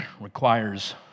requires